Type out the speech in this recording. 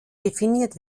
definiert